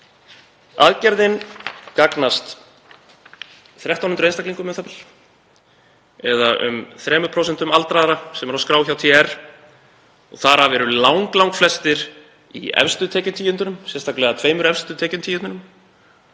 Aðgerðin gagnast 1.300 einstaklingum u.þ.b. eða um 3% aldraðra sem eru á skrá hjá TR. Þar af eru langflestir í efstu tekjutíundunum, sérstaklega tveimur efstu tekjutíundunum.